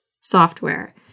software